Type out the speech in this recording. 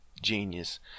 genius